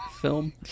film